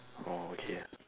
orh okay ah